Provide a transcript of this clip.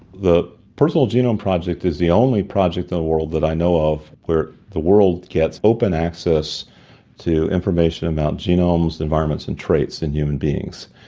the personal genome project is the only project in the world that i know of where the world gets open access to information about genomes, environments and traits in human beings.